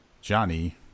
Johnny